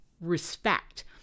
respect